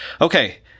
okay